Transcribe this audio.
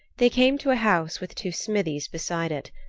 they came to a house with two smithies beside it,